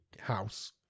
house